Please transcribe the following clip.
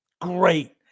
Great